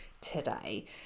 today